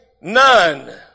none